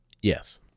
Yes